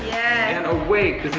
and awake,